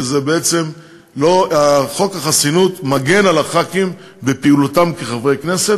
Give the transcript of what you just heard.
כי חוק החסינות מגן על חברי הכנסת בפעילותם כחברי הכנסת,